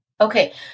Okay